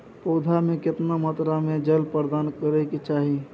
पौधों में केतना मात्रा में जल प्रदान करै के चाही?